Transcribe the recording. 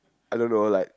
I don't know like